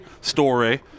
story